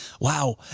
Wow